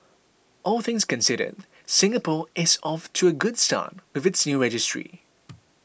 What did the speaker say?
all things considered Singapore is off to a good start with its new registry